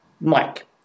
Mike